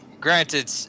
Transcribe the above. granted